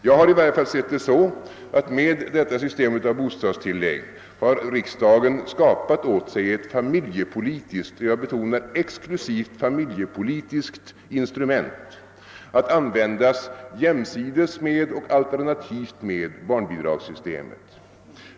Jag har i varje fall sett det så, att med detta system av bostadstillägg har riksdagen skapat åt sig ett — jag betonar det — exklusivt familjepolitiskt instrument att användas jämsides och alternativt med barnbidragssystemet.